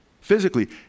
Physically